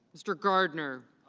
mr. gardner.